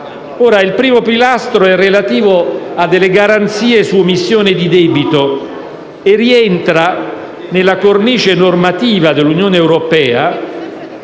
Il primo pilastro è relativo a delle garanzie su emissione di debito e rientra nella cornice normativa dell'Unione europea